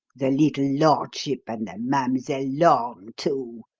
the little lordship and the mademoiselle lorne, too!